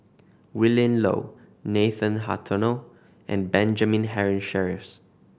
Willin Low Nathan Hartono and Benjamin Henry Sheares